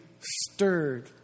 stirred